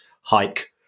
hike